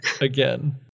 again